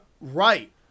Right